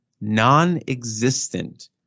non-existent